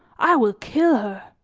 i will kill her!